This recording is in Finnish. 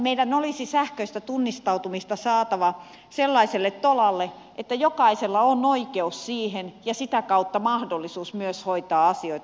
meidän olisi sähköistä tunnistautumista saatava sellaiselle tolalle että jokaisella on oikeus siihen ja sitä kautta mahdollisuus myös hoitaa asioita